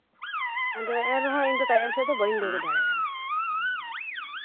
ᱟᱫᱚ ᱮᱱ ᱨᱮᱦᱚᱸ ᱤᱧ ᱫᱚ ᱛᱟᱭᱚᱢ ᱥᱮᱫ ᱫᱚ ᱵᱟᱹᱧ ᱫᱩᱲᱩᱵ ᱫᱟᱲᱮᱭᱟᱜᱼᱟ